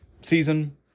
season